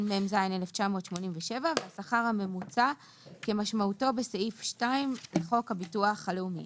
התשמ"ז-1987 והשכר הממוצע כמשמעותו בסעיף 2 לחוק הביטוח הלאומי.